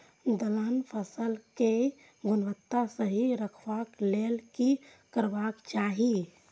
दलहन फसल केय गुणवत्ता सही रखवाक लेल की करबाक चाहि?